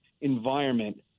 environment